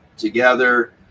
together